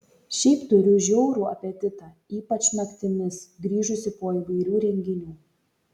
šiaip turiu žiaurų apetitą ypač naktimis grįžusi po įvairių renginių